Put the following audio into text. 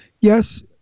yes